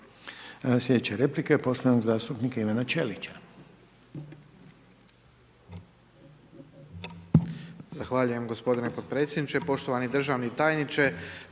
Sljedeća replika je poštovanog zastupnika Ivana Ćeliča.